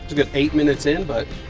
good eight minutes in, but